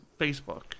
Facebook